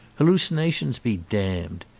hallucinations be damned!